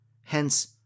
hence